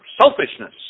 selfishness